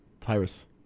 Tyrus